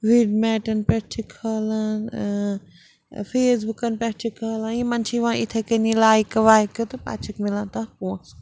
میٹَن پٮ۪ٹھ چھِ کھالان فیس بُکَن پٮ۪ٹھ چھِ کھالان یِمَن چھِ یِوان یِتھَے کٔنی لایکہٕ وایکہٕ تہٕ پَتہٕ چھِکھ مِلان تَتھ پونٛسہٕ